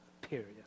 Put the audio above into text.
Period